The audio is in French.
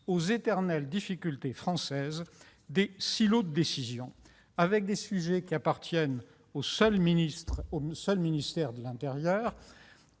aux éternelles difficultés françaises des silos de décision, avec des sujets qui ne relèvent que du ministère de l'intérieur,